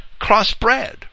crossbred